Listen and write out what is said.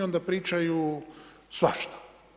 I onda pričaju svašta.